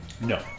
No